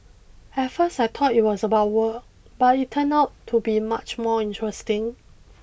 at first I thought it was about work but it turned out to be much more interesting